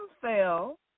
fell